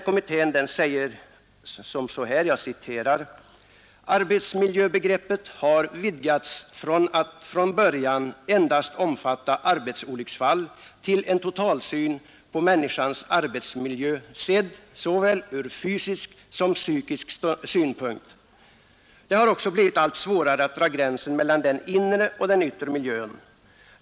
Kommittén säger: ”Arbetsmiljöbegreppet har vidgats från att från början endast omfatta arbetsolycksfall till en totalsyn på människans arbetsmiljö sedd såväl ur fysisk som psykisk synpunkt. Det har också blivit allt svårare att dra gränsen mellan den inre och den yttre miljön.